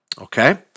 okay